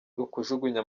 ukujugunya